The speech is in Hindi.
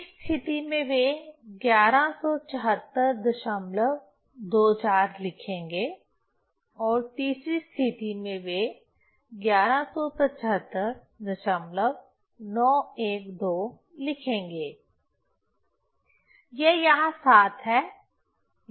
इस स्थिति में वे 117424 लिखेंगे और तीसरी स्थिति में वे 1175912 लिखेंगे यह यहां 7 है यह 2 है